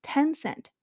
Tencent